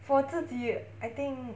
for 自己 I think